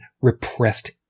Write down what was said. repressed